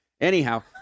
Anyhow